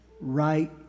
right